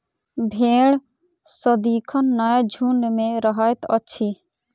भेंड़ सदिखन नै झुंड मे रहैत अछि